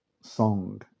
song